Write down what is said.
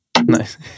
nice